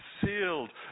sealed